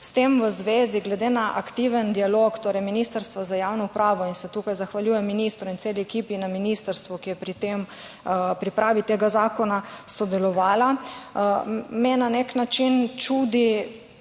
S tem v zvezi me glede na aktiven dialog Ministrstva za javno upravo – in se tukaj zahvaljujem ministru in celi ekipi na ministrstvu, ki je pri tej pripravi tega zakona sodelovala – na nek način čudi